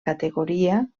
categoria